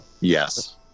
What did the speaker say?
yes